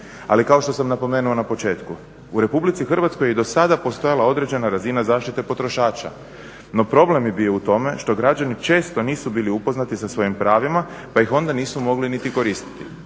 Ali kao što sam napomenuo na početku u RH je i do sada postojala određena razina zaštite potrošača no problem je bio u tome što građani često nisu bili upoznati sa svojim pravima pa ih onda nisu mogli niti koristiti.